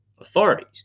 authorities